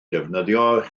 defnyddio